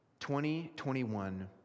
2021